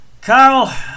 Carl